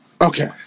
Okay